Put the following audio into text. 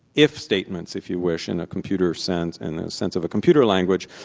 if statements, if you wish, in a computer sense, in the sense of a computer language,